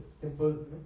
Simple